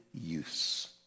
use